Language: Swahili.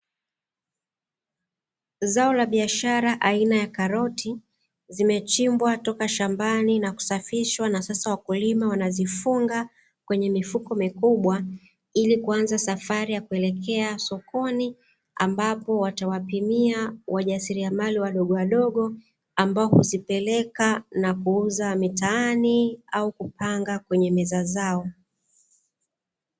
Zao la biashara aina ya karoti, zimechimbwa kutoka shambani na kusafishwa. Na sasa wakulima wanazifunga kwenye mifuko mikubwa, ili kuanza safari ya kuelekea sokoni ambapo watawapimia wajasiriamali wadogowadogo, ambao uzipeleka nakuuza mitaani au kupanga kwenye meza zao.